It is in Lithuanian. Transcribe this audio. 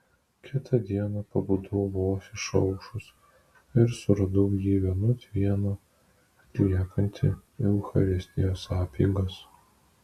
kitą dieną pabudau vos išaušus ir suradau jį vienut vieną atliekantį eucharistijos apeigas